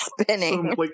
Spinning